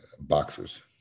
boxers